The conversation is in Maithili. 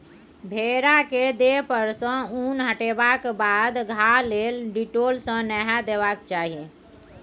भेड़ा केर देह पर सँ उन हटेबाक बाद घाह लेल डिटोल सँ नहाए देबाक चाही